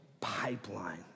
pipeline